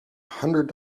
hundred